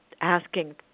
asking